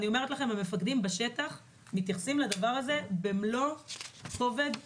אני אומרת לכם שהמפקדים בשטח מתייחסים לדבר הזה במלוא כובד הראש,